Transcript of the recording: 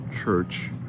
Church